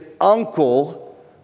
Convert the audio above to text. uncle